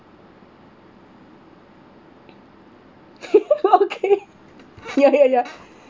okay ya ya ya